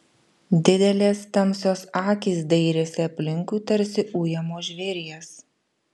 didelės tamsios akys dairėsi aplinkui tarsi ujamo žvėries